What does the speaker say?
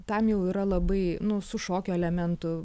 tam jau yra labai nu su šokio elementu